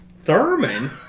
Thurman